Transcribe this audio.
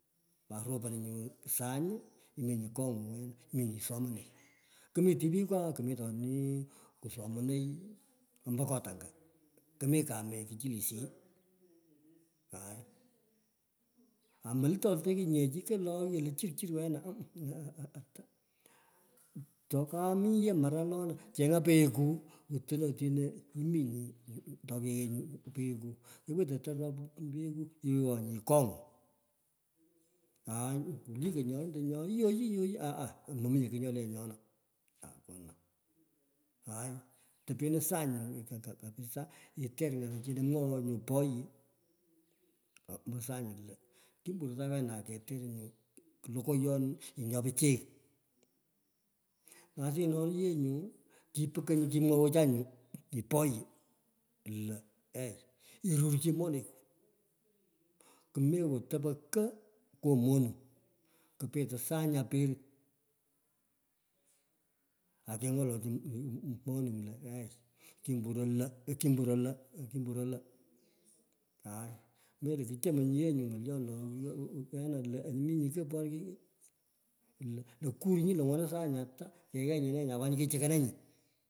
Oto roponoi nyo sany, minyi kongu, minyi somonoi. Kumi tipikwa kumitoni kusomonoi ombo kot anga. Kumi kamee kuchulishiyi, aai molutolutoi nye chi iko io chirr chirr wenu, ummh, aaha ata. Tukaaminyi ye moral ana, cheng’a pegheku wi tino otino tokeyenoi nyu pegheku, kukwitita pat rwewonyi kong’u. Aaa, kuliko nyo lentoi oo, oye iyei, aaha mominye kigh nyo le nyona hakuna. Topeno sany nyu kabisa iter ngalechino mwoghoi nyu poyu, ombo sagh la, kumburto kena oketer nyu lokoyon nyo pichy. Nyo asiaoni yee nyu, kipo kony kimwowecha nyu, poyo lo eei, irur chi moneku kumewo topo ko nyo moning kupetei sany aperit. Akemwochi monung lo eei kimboroi lo, kimboroi lo, kimboroi lo, aai mende kityemei ye nyo ng’olyon lo, wena lo anyi lo lo kurinyi nyono sany atai keanyi nee nya kwonyi kichukananyi.